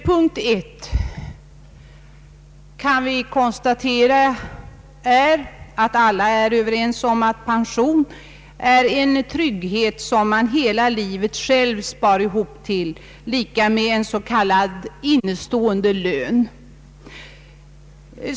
För det första kan vi konstatera, att alla är överens om att pensionen är en trygghet som man hela livet själv spar ihop till, lika med en s.k. innestående lön.